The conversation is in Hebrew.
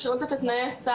הגזמתי,